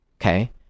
Okay